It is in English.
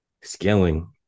scaling